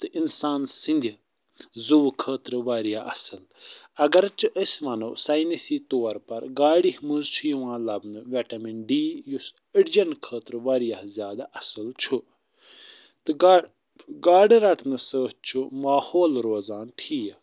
تہٕ اِنسان سٕنٛدِ زُوٕ خٲطرٕ وارِیاہ اصٕل اگرچہِ أسۍ وَنو ساینٔسی طور پر گاڈِ منٛز چھُ یِوان لبنہٕ ویٹیمن ڈی یُس أڈجن خٲطرٕ وارِیاہ زیادٕ اصٕل چھُ تہٕ گاڈٕ گاڈٕ ڑٹنہٕ سۭتۍ چھُ ماحول روزان ٹھیٖک